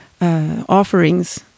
offerings